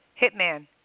Hitman